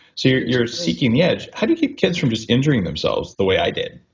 you're you're seeking the edge. how do you keep kids from just injuring themselves the way i did?